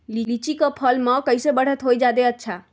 लिचि क फल म कईसे बढ़त होई जादे अच्छा?